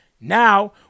Now